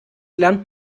lernt